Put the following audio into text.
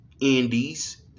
Indies